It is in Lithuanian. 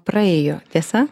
praėjo tiesa